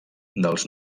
dels